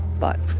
but